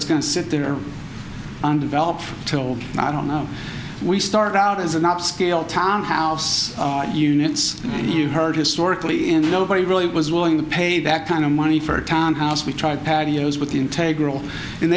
it's going to sit there undeveloped till i don't know we started out as an upscale townhouse units and you heard historically and nobody really was willing to pay that kind of money for a townhouse we tried patios with the integrity and